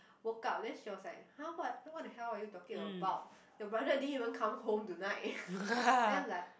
woke up then she was like !huh! what what the hell are you talking about your brother didn't even come home tonight then I'm like